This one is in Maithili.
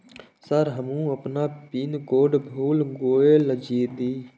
सर हमू अपना पीन कोड भूल गेल जीये?